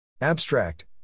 Abstract